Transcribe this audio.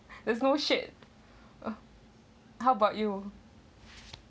there's no shit uh how about you